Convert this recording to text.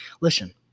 Listen